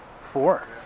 Four